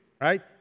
right